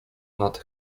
nad